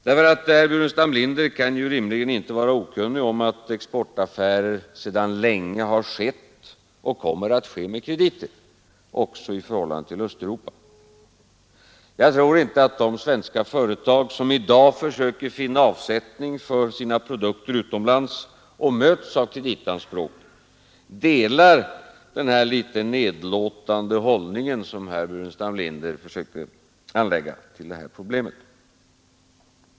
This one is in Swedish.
Herr Burenstam Linder kan ju rimligen inte vara okunnig om att exportaffärer sedan länge skett och också kommer att ske med krediter, även i förhållande till Östeuropa. Jag tror inte att de svenska företag som i dag försöker finna avsättning för sina produkter utomlands och som har mötts av kreditanspråk delar den litet nedlåtande hållning som herr Burenstam Linder försökte inta.